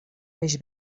peix